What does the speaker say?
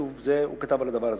שוב, הוא כתב על הדבר הזה.